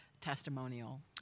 testimonial